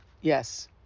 yes